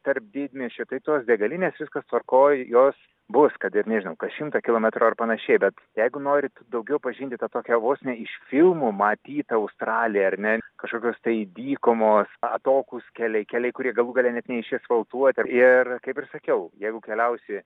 tarp didmiesčių tai tos degalinės viskas tvarkoj jos bus kad ir nežinau kas šimtą kilometrų ar panašiai bet jeigu norit daugiau pažinti tą tokią vos ne iš filmų matytą australiją ar ne kažkokios tai dykumos atokūs keliai keliai kurie galų gale net neišesfaltuoti ir kaip ir sakiau jeigu keliausi